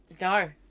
No